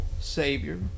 Savior